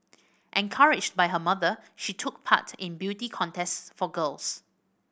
encouraged by her mother she took part in beauty contests for girls